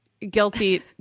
Guilty